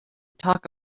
talk